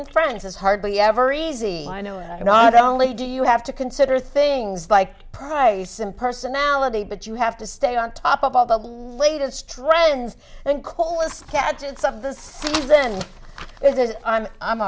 and friends is hardly ever easy i know not only do you have to consider things like price and personality but you have to stay on top of all the latest trends and coolest gadgets of the season it is i'm